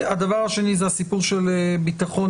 הדבר השני זה הסיפור של ביטחון,